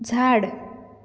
झाड